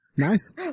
nice